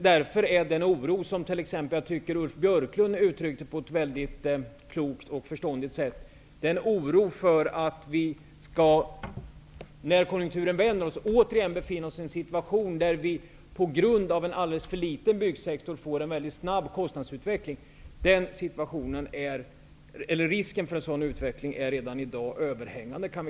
Det finns en oro för, vilket Ulf Björklund uttryckte på ett mycket klokt och förståndigt sätt, att vi när konjunkturen vänder återigen skall befinna oss i en situation där vi på grund av en alldeles för liten byggsektor får en mycket snabb kostnadsutveckling. Vi kan konsta tera att risken för en sådan utveckling redan i dag är överhängande.